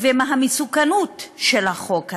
ומהמסוכנות של החוק הזה.